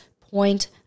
point